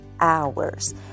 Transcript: hours